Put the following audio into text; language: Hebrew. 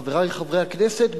חברי חברי הכנסת,